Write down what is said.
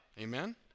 Amen